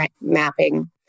mapping